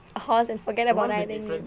a horse and forget about riding